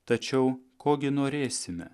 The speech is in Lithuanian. tačiau ko gi norėsime